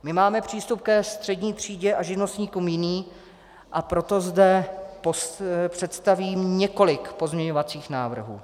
My máme přístup ke střední třídě a živnostníkům jiný, a proto zde představím několik pozměňovacích návrhů.